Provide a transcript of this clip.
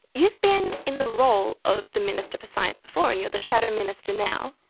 you've been in the role of the minister for science before and you are the shadow minister now.